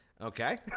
Okay